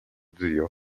zio